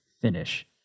finish